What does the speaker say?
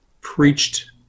preached